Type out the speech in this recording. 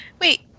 wait